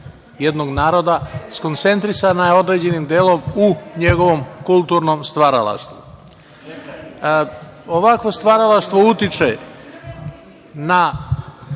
jednog naroda skoncentrisana je određenim delom u njegovom kulturnom stvaralaštvu. Ovakvo stvaralaštvo utiče na